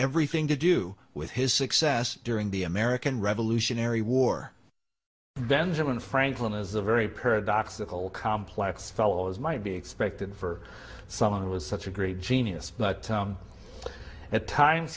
everything to do with his success during the american revolutionary war benjamin franklin is a very paradoxical complex fellow as might be expected for someone who is such a great genius but at times